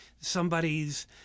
somebody's